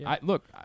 Look